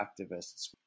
activists